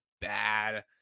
bad